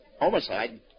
Homicide